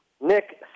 Nick